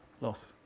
loss